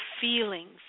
feelings